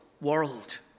world